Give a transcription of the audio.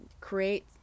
Create